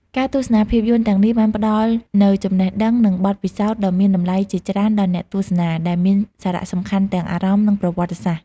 ការទស្សនាភាពយន្តទាំងនេះបានផ្ដល់នូវចំណេះដឹង និងបទពិសោធន៍ដ៏មានតម្លៃជាច្រើនដល់អ្នកទស្សនា ដែលមានសារៈសំខាន់ទាំងផ្នែកអារម្មណ៍ និងប្រវត្តិសាស្ត្រ។